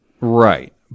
Right